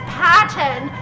pattern